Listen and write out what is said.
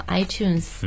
iTunes，